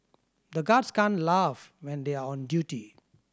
the guards can't laugh when they are on duty